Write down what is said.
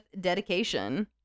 dedication